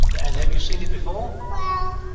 and have you seen it before? well,